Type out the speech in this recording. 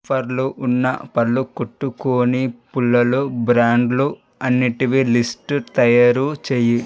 ఆఫర్లు ఉన్న పల్లుకుట్టుకొనే పుల్లలు బ్రాండ్లు అన్నిటివి లిస్టు తయారు చేయి